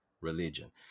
religion